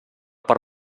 per